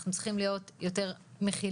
אנחנו צריכים להיות יותר מכילים,